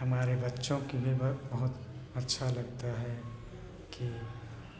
हमारे बच्चों की भी बहुत बहुत अच्छा लगता है कि